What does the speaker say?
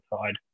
side